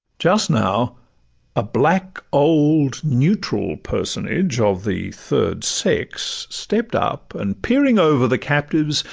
just now a black old neutral personage of the third sex stept up, and peering over the captives,